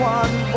one